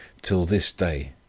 till this day,